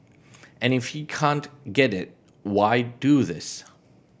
and if he can't get it why do this